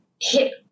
hit